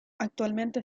actualmente